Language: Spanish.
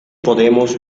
podemos